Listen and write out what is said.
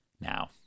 Now